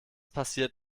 passiert